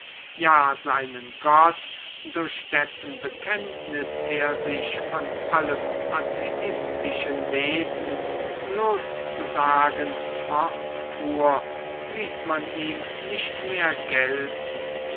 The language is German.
ja seinen gott durch dessen bekenntnis er sich von allem atheistischen wesen loszusagen fortfuhr ließ man ihm nicht mehr gelten